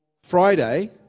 Friday